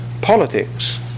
politics